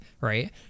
right